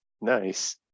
Nice